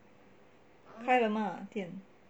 开了吗店